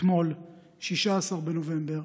אתמול, 16 בנובמבר,